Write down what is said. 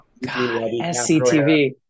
sctv